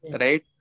Right